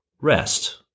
rest